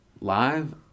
Live